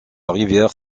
rivière